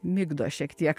migdo šiek tiek